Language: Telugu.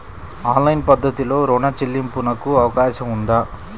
ఆన్లైన్ పద్ధతిలో రుణ చెల్లింపునకు అవకాశం ఉందా?